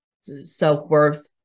self-worth